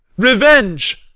revenge.